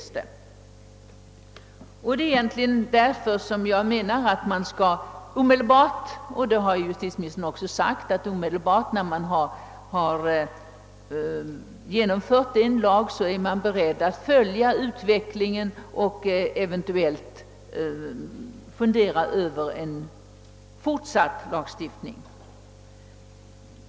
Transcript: Det är därför jag anser att man efter genomförandet av en lag skall följa utvecklingen på det sätt justitieministern också sagt, inte slå sig till ro utan vara beredd att studera verkningarna och eventuellt överväga nya reformer.